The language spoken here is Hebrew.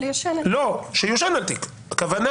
הכוונה